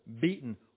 beaten